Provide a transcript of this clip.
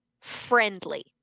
friendly